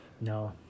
No